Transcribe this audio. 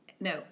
No